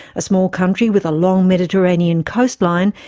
a small country with a long mediterranean coastline,